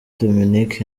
dominic